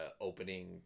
opening